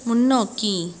முன்னோக்கி